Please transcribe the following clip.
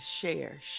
share